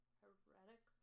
heretic